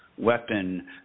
weapon